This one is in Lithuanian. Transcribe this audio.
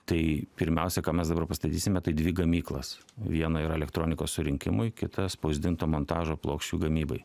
tai pirmiausia ką mes dabar pastatysime tai dvi gamyklas viena yra elektronikos surinkimui kita spausdinto montažo plokščių gamybai